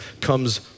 comes